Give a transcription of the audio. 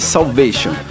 Salvation